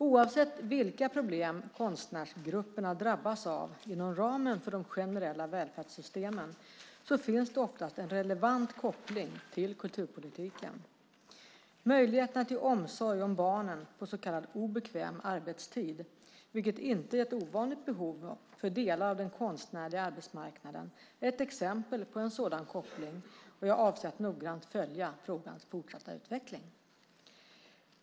Oavsett vilka problem konstnärsgrupperna drabbas av inom ramen för de generella välfärdssystemen finns det oftast en relevant koppling till kulturpolitiken. Möjligheterna till omsorg om barnen på så kallad obekväm arbetstid, vilket inte är ett ovanligt behov för delar av den konstnärliga arbetsmarknaden, är ett exempel på en sådan koppling. Jag avser att noggrant följa frågans fortsatta utveckling.